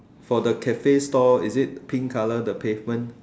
for the cafe store is it pink colour the pavement